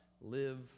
live